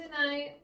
tonight